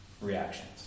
reactions